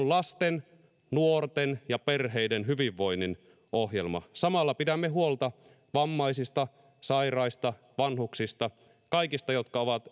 lasten nuorten ja perheiden hyvinvoinnin ohjelma samalla pidämme huolta vammaisista sairaista vanhuksista kaikista jotka ovat